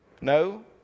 No